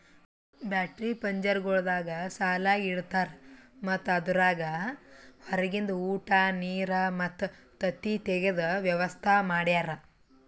battery ಪಂಜರಗೊಳ್ದಾಗ್ ಸಾಲಾಗಿ ಇಡ್ತಾರ್ ಮತ್ತ ಅದುರಾಗ್ ಹೊರಗಿಂದ ಉಟ, ನೀರ್ ಮತ್ತ ತತ್ತಿ ತೆಗೆದ ವ್ಯವಸ್ತಾ ಮಾಡ್ಯಾರ